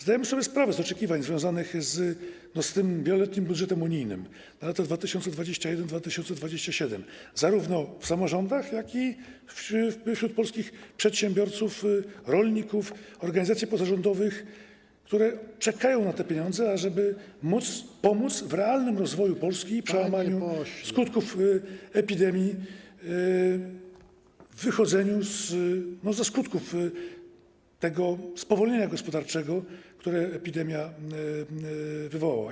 Zdajemy sobie sprawę z oczekiwań związanych z tym wieloletnim budżetem unijnym na lata 2021-2027, zarówno w samorządach, jak i wśród polskich przedsiębiorców, rolników, organizacji pozarządowych, które czekają na te pieniądze, ażeby móc pomóc w realnym rozwoju Polski i przełamaniu skutków epidemii, w wychodzeniu ze skutków tego spowolnienia gospodarczego, które wywołała epidemia.